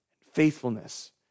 faithfulness